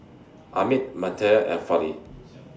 Amit and Fali